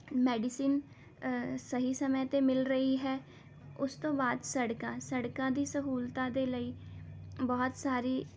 medicine ਸਹੀ ਸਮੇਂ 'ਤੇ ਮਿਲ ਰਹੀ ਹੈ ਉਸ ਤੋਂ ਬਾਅਦ ਸੜਕਾਂ ਸੜਕਾਂ ਦੀ ਸਹੂਲਤਾਂ ਦੇ ਲਈ ਬਹੁਤ ਸਾਰੀ